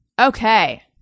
Okay